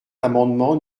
l’amendement